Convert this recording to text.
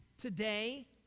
today